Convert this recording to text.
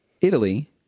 Italy